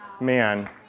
Man